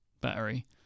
battery